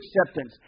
acceptance